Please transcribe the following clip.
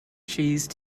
cheese